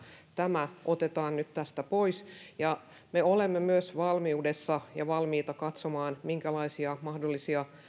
tämä otetaan nyt tästä pois me olemme myös valmiudessa ja valmiita katsomaan minkälaisia mahdollisia